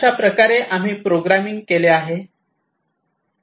अशाप्रकारे आम्ही प्रोग्रामिंग केले आहे